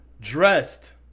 dressed